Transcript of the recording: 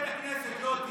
תכבד את הכנסת, לא אותי.